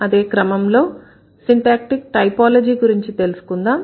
అదే క్రమంలో syntactic typology గురించి తెలుసుకుందాం